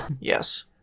Yes